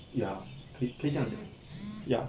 yeah 可以可以这样讲 yeah